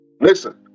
Listen